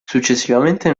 successivamente